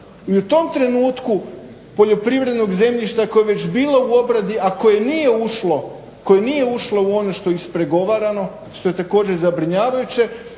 i u tom trenutku poljoprivrednog zemljišta koje je već bilo u obradi a koje nije ušlo u ono što je ispregovarano što je također zabrinjavajuće